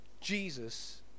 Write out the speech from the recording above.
Jesus